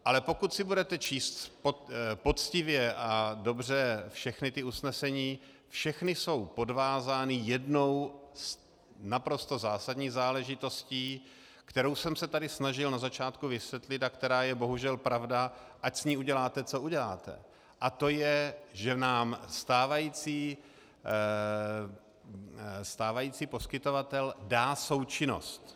Ale pokud si budete číst poctivě a dobře všechna usnesení, všechna jsou podvázána jednou naprosto zásadní záležitostí, kterou jsem se tady snažil na začátku vysvětlit a která je bohužel pravda, ať s ní uděláte co uděláte, a to je, že nám stávající poskytovatel dá součinnost.